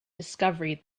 discovery